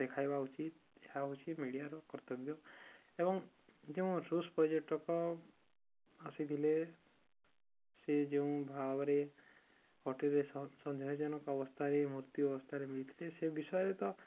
ଦେଖାଇବା ଉଚିତ ଏହା ହେଉଛି ମିଡ଼ିଆର କର୍ତ୍ତବ୍ୟ ଏବଂ ଯେଉଁ ରୁଷ ପର୍ଯ୍ୟଟକ ଆସିଥିଲେ ସେ ଯେଉଁ ଭାବରେ ହୋଟେଲ୍ରେ ସନ୍ଦେହଜନକ ଅବସ୍ଥାରେ ମୂର୍ତ୍ତି ଅବସ୍ଥାରେ ମିଳିଥିଲେ ସେ ବିଷୟରେ ତ